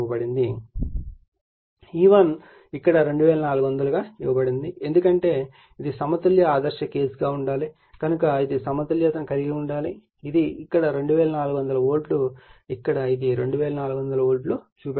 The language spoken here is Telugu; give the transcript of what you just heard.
E1 ఇక్కడ 2400 గా ఇవ్వబడింది ఎందుకంటే ఇది సమతుల్య ఆదర్శ కేసుగా ఉండాలి కనుక ఇది సమతుల్యతను కలిగి ఉండాలి ఇది ఇక్కడ 2400 వోల్ట్ ఇక్కడ కూడా ఇది 2400 వోల్ట్లను చూపుతోంది